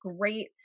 great